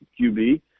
QB